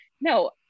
no